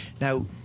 Now